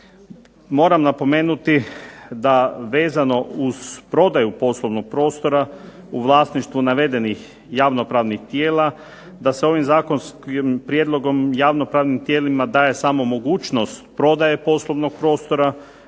Moram napomenuti da vezano uz prodaju poslovnog prostora u vlasništvu navedenih javno-pravnih tijela da se ovim zakonskim prijedlogom javno-pravnim tijelima daje samo mogućnost prodaje poslovnog prostora